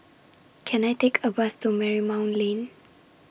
Can I Take A Bus to Marymount Lane